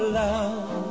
love